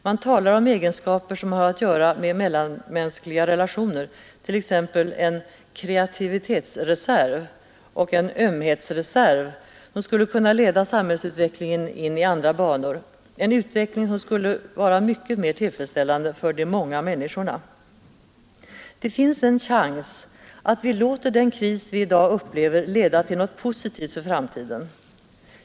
Man talar om egenskaper som har att göra med mellanmänskliga relationer, t.ex. en ”kreativitetsreserv” och en ”ömhetsreserv”, som skulle kunna leda samhällsutvecklingen i andra banor, en utveckling som skulle vara mycket mer tillfredsställande för de många människorna. Det finns en chans att vi låter den kris vi i dag upplever leda till något positivt för framtiden.